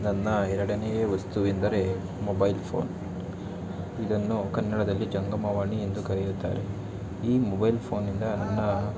ನನ್ನ ಎರಡನೆಯ ವಸ್ತು ಎಂದರೆ ಮೊಬೈಲ್ ಫೋನ್ ಇದನ್ನು ಕನ್ನಡದಲ್ಲಿ ಜಂಗಮವಾಣಿ ಎಂದು ಕರೆಯುತ್ತಾರೆ ಈ ಮೊಬೈಲ್ ಫೋನ್ನಿಂದ ನನ್ನ